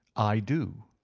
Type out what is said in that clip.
i do.